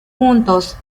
juntos